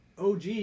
OG